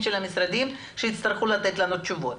של המשרדים שיצטרכו לתת לנו תשובות.